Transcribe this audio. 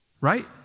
Right